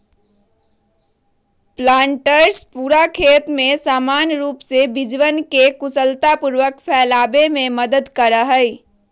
planters पूरा खेत में समान रूप से बीजवन के कुशलतापूर्वक फैलावे में मदद करा हई